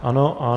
Ano.